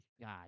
God